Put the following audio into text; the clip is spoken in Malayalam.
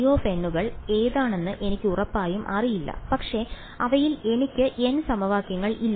ϕn കൾ ഏതാണെന്ന് എനിക്ക് ഉറപ്പായും അറിയില്ല പക്ഷേ അവയിൽ എനിക്ക് n സമവാക്യങ്ങൾ ഇല്ല